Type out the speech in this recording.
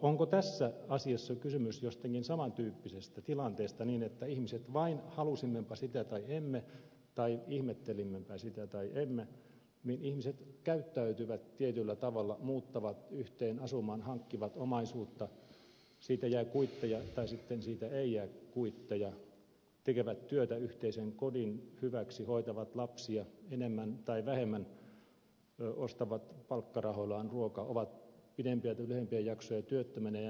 onko tässä asiassa kysymys jostakin samantyyppisestä tilanteesta niin että ihmiset vain halusimmepa sitä tai emme tai ihmettelimmepä sitä tai emme käyttäytyvät tietyllä tavalla muuttavat yhteen asumaan hankkivat omaisuutta siitä jää kuitteja tai sitten siitä ei jää kuitteja tekevät työtä yhteisen kodin hyväksi hoitavat lapsia enemmän tai vähemmän ostavat palkkarahoillaan ruokaa ovat pidempiä jaksoja työttömänä ja niin edelleen